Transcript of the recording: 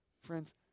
Friends